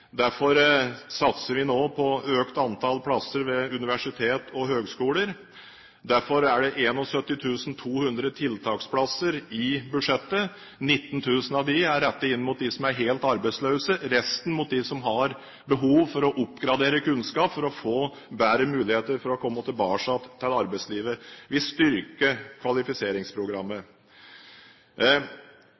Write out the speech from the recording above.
Derfor satser vi nå på økt antall plasser ved universitet og høyskoler. Derfor er det 71 200 tiltaksplasser i budsjettet. 19 000 av dem er rettet inn mot dem som er helt arbeidsløse, resten mot dem som har behov for å oppgradere kunnskap, for å få bedre muligheter til å komme tilbake til arbeidslivet. Vi styrker kvalifiseringsprogrammet.